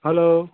hello